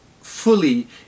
fully